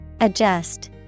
Adjust